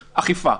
אכיפה.